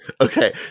Okay